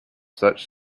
such